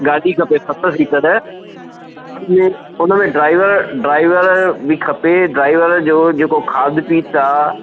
गाॾी खपे सत सीटर जीअं हुन में ड्राइवर ड्राइवर बि खपे ड्राइवर जो जेको खाध पीत आहे